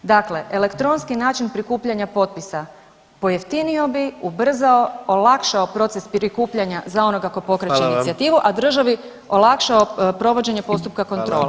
Dakle, elektronski način prikupljanja potpisa pojeftinio bi, ubrzao, olakšao proces prikupljanja za onog tko pokreće inicijativu [[Upadica: Hvala vam.]] a državi olakšao provođenje postupka kontrole.